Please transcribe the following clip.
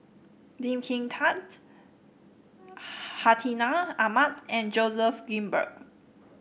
Lee Kin Tat Hartinah Ahmad and Joseph Grimberg